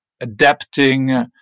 adapting